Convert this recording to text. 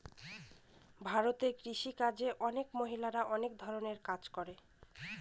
ভারতে কৃষি কাজে অনেক মহিলারা অনেক ধরনের কাজ করে